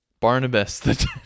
Barnabas